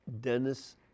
Dennis